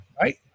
Right